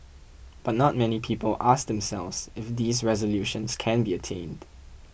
but not many people ask themselves if these resolutions can be attained